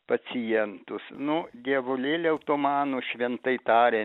pacientus nu dievulėliau tu mano šventai tarian